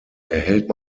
erhält